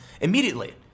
Immediately